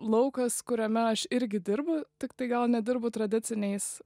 laukas kuriame aš irgi dirbu tiktai gal nedirbu tradiciniais